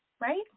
Right